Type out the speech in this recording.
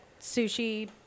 sushi